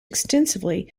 extensively